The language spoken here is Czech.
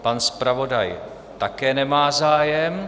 Pan zpravodaj také nemá zájem.